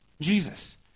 Jesus